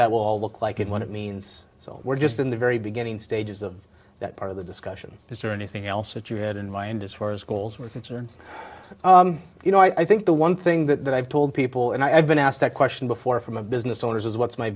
that will all look like and what it means so we're just in the very beginning stages of that part of the discussion is there anything else that you had in mind as far as schools are concerned you know i think the one thing that i've told people and i've been asked that question before from a business owners is what's my